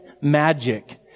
magic